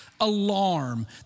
alarm